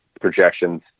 projections